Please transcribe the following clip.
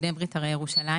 בני ברית הרי ירושלים,